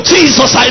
Jesus